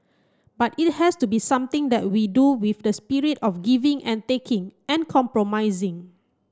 but it has to be something that we do with the spirit of giving and taking and compromising